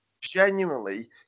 genuinely